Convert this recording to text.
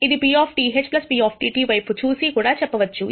ఇది PP వైపు చూసి కూడా చెప్పవచ్చు ఇది 0